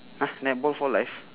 !huh! netball for life